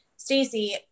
Stacey